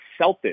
celtics